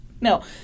No